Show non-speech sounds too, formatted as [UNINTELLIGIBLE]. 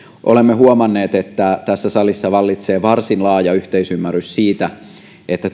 olemme huomanneet että tässä salissa vallitsee varsin laaja yhteisymmärrys siitä että [UNINTELLIGIBLE]